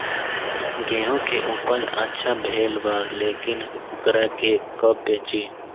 गेहूं के उपज अच्छा भेल बा लेकिन वोकरा के कब बेची?